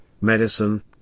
medicine